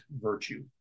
virtue